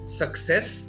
success